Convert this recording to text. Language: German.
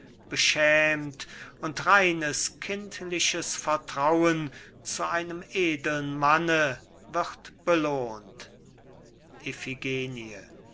beschämt und reines kindliches vertrauen zu einem edeln manne wird belohnt